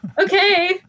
okay